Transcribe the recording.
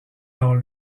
dans